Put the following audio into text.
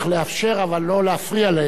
אבל לא להפריע להם להתקיים.